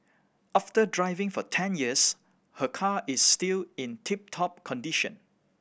after driving for ten years her car is still in tip top condition